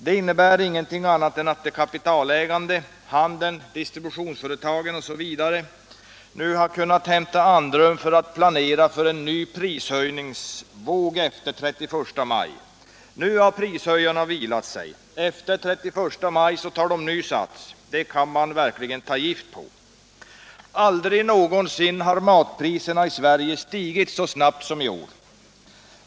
Det innebär ingenting annat än att de kapitalägande, handéin, distributionsföretagen osv. kunnat hämta andan för att planera för en ny prishöjningsvåg efter den 31 maj. Nu har prishöjarna vilat sig. Efter den 31 maj tar de ny sats — det kan man ta gift på. Aldrig någonsin har matpriserna i Sverige stigit så snabbt som i år.